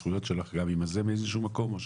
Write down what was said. גם עם הזכויות שלך מאיזה שהוא מקום?